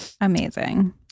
Amazing